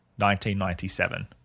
1997